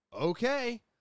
okay